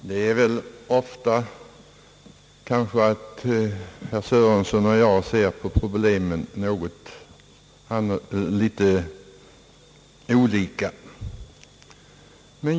Herr talman! Det är väl ganska ofta som herr Sörenson och jag ser litet olika på problemen.